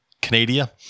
Canada